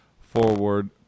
forward